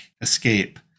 Escape